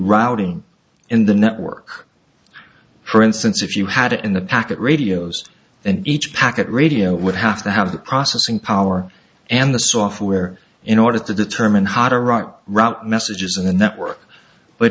routing in the network for instance if you had it in the packet radios and each packet radio would have to have the processing power and the software in order to determine how to run route messages in a network but